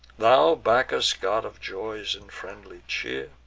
thou, bacchus, god of joys and friendly cheer,